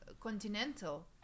continental